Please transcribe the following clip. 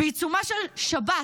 בעיצומה של שבת,